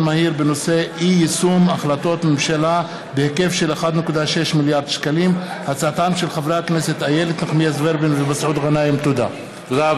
מהיר בהצעתם של חברי הכנסת איילת נחמיאס ורבין ומסעוד גנאים בנושא: